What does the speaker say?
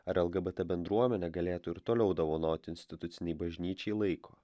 ar lgbt bendruomenė galėtų ir toliau dovanoti institucinei bažnyčiai laiko